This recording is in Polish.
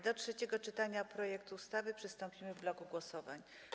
Do trzeciego czytania projektu ustawy przystąpimy w bloku głosowań.